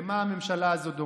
למה הממשלה הזו דומה.